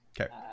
Okay